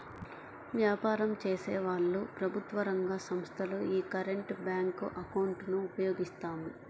వ్యాపారం చేసేవాళ్ళు, ప్రభుత్వ రంగ సంస్ధలు యీ కరెంట్ బ్యేంకు అకౌంట్ ను ఉపయోగిస్తాయి